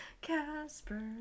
Casper